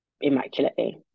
immaculately